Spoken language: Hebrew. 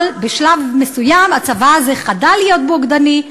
אבל בשלב מסוים הצבא הזה חדל להיות בוגדני,